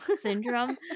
syndrome